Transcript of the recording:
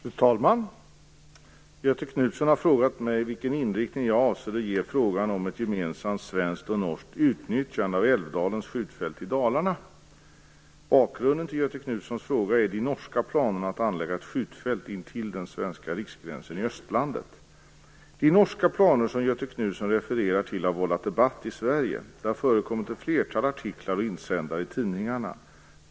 Fru talman! Göthe Knutson har frågat mig vilken inriktning jag avser att ge frågan om ett gemensamt svenskt och norskt utnyttjande av Älvdalens skjutfält i Dalarna. Bakgrunden till Göthe Knutsons fråga är de norska planerna att anlägga ett skjutfält intill den svenska riksgränsen i Östlandet. De norska planer som Göthe Knutson refererar till har vållat debatt i Sverige. Det har förekommit ett flertal artiklar och insändare i tidningarna.